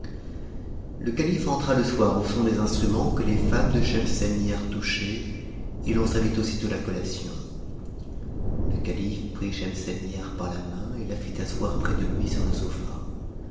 le calife entra e soir au son des instruments que les femmes de schemselnihar touchaient et l'on servit aussitôt la collation le calife prit schemselnihar par la main et la fit asseoir près de lui sur le sofa